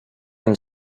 and